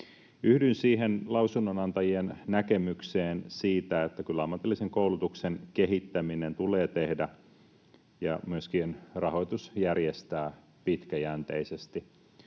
Yhdyn siihen lausunnonantajien näkemykseen siitä, että kyllä ammatillisen koulutuksen kehittäminen tulee tehdä ja myöskin rahoitus järjestää pitkäjänteisesti.